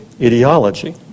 ideology